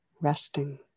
resting